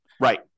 Right